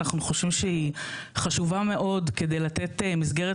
אנחנו חושבים שהיא חשובה מאוד כדי לתת מסגרת